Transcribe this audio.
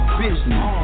business